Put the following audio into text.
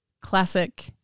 classic